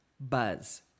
Buzz